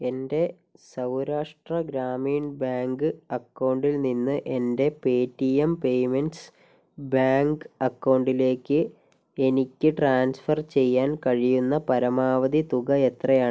എൻ്റെ സൗരാഷ്ട്ര ഗ്രാമീൺ ബാങ്ക് അക്കൗണ്ടിൽ നിന്ന് എൻ്റെ പേറ്റിഎം പേയ്മെന്റ്സ് ബാങ്ക് അക്കൗണ്ടിലേക്ക് എനിക്ക് ട്രാൻസ്ഫർ ചെയ്യാൻ കഴിയുന്ന പരമാവധി തുക എത്രയാണ്